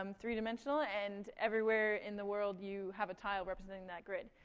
um three-dimensional, and everywhere in the world you have a tile representing that grid.